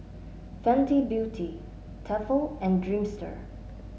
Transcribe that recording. Fenty Beauty Tefal and Dreamster